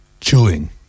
chewing